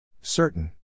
Certain